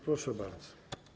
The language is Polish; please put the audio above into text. Proszę bardzo.